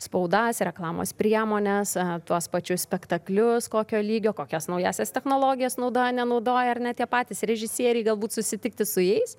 spaudas reklamos priemones ar tuos pačius spektaklius kokio lygio kokias naująsias technologijas naudoja nenaudoja ar ne tie patys režisieriai galbūt susitikti su jais